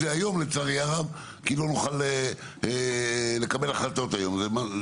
זה היום כי לא נוכל לקבל החלטות היום.